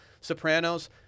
Sopranos